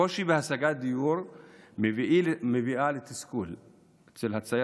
הקושי בהשגת דיור מביא לתסכול אצל הצעיר